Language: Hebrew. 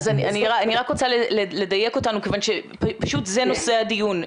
אני רק רוצה לדייק אותנו כיוון שפשוט זה נושא הדיון,